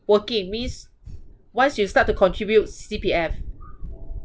working means once you start to contribute C_P_F